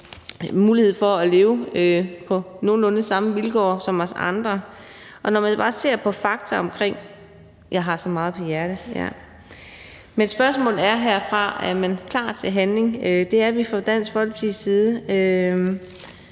mulighed for at leve på nogenlunde samme vilkår som os andre. Jeg har så meget på hjerte, men spørgsmålet er herfra: Er man klar til handling? Det er vi fra Dansk Folkepartis side,